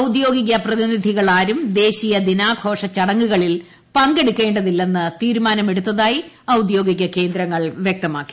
ഔദ്യോഗിക പ്രതിനിധികളാരും ദേശീയ ദിനാഘോഷ ചടങ്ങുകളിൽ പങ്കെടുക്കേണ്ടതില്ലെന്ന് തീരുമാനമെടുത്തായി ഔദ്യോഗിക കേന്ദ്രങ്ങൾ വൃക്തമാക്കി